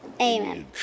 Amen